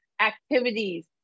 activities